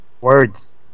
Words